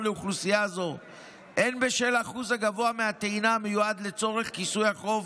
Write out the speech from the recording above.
לאוכלוסייה זו הן בשל האחוז הגבוה מהטעינה המיועד לצורך כיסוי החוב,